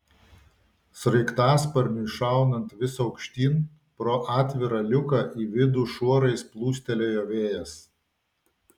sraigtasparniui šaunant vis aukštyn pro atvirą liuką į vidų šuorais plūstelėjo vėjas